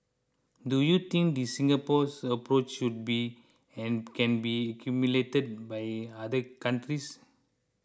do you think this Singapore approach should be and can be emulated by other countries